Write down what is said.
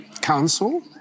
council